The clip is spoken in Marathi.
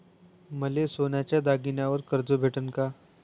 मले सोन्याच्या दागिन्यावर कर्ज भेटन का?